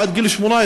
עד גיל 18,